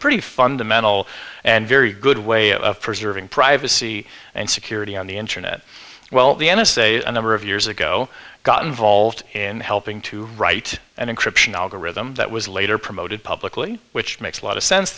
pretty fundamental and very good way of preserving privacy and security on the internet well the n s a a number of years ago got involved in helping to write an encryption algorithm that was later promoted publicly which makes a lot of sense